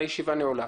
הישיבה נעולה.